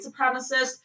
supremacists